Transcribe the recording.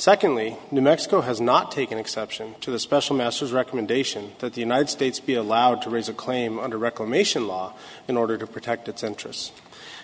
secondly new mexico has not taken exception to the special master's recommendation that the united states be allowed to raise a claim under reclamation law in order to protect its interests